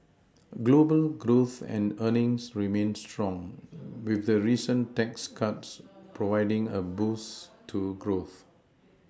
global growth and earnings remain strong with the recent tax cuts providing a boost to growth